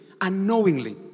unknowingly